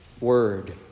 word